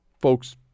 folks